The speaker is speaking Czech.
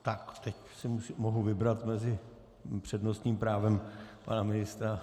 Tak teď si mohu vybrat mezi přednostním právem pana ministra...